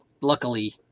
luckily